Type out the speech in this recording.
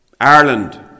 Ireland